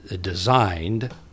designed